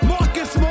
Marcus